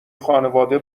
خانواده